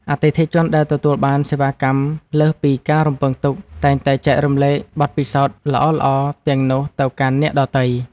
អតិថិជនដែលទទួលបានសេវាកម្មលើសពីការរំពឹងទុកតែងតែចែករំលែកបទពិសោធន៍ល្អៗទាំងនោះទៅកាន់អ្នកដទៃ។